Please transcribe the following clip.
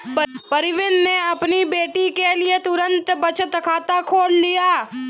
प्रवीण ने अपनी बेटी के लिए तुरंत बचत खाता खोल लिया